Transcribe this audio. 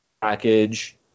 package